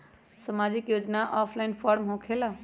समाजिक योजना offline form होकेला?